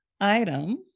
item